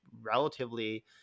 relatively